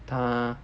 他